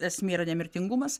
esmė yra nemirtingumas